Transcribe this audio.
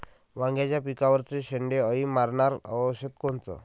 वांग्याच्या पिकावरचं शेंडे अळी मारनारं औषध कोनचं?